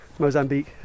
Mozambique